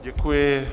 Děkuji.